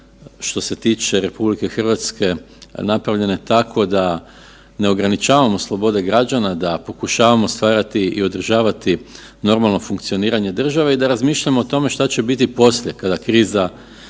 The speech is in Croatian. što se tiče RH napravljene tako da ne ograničavamo slobode građana, da pokušavamo stvarati i održavati normalno funkcioniranje države i da razmišljamo o tome što će biti poslije, kada kriza